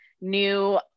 new